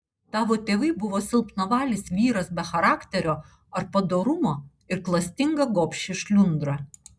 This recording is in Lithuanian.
tavo tėvai buvo silpnavalis vyras be charakterio ar padorumo ir klastinga gobši šliundra